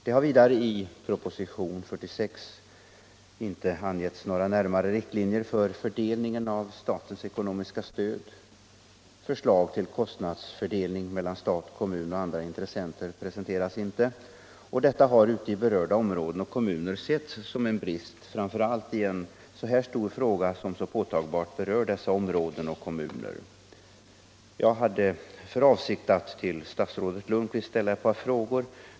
Det har i propositionen 46 inte angetts några närmare riktlinjer för fördelningen av statens ekonomiska stöd. Förslag till kostnadsfördelning mellan stat och kommun och andra intressenter presenteras inte. Detta har ute i berörda områden och kommuner setts som en brist, framför allt i en så här stor fråga som så påtagligt berör dessa områden och kommuner. Jag hade för avsikt att till statsrådet Lundkvist ställa ett par frågor.